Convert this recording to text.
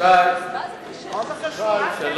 כי זה